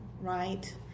right